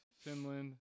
Finland